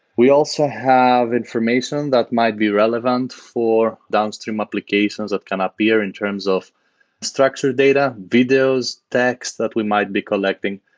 we also have information that might be relevant for downstream applications that can appear in terms of structured data, videos, texts that we might be collecting.